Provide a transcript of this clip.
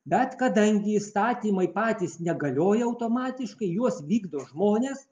bet kadangi įstatymai patys negalioja automatiškai juos vykdo žmonės